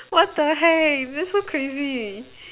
what the hey why so crazy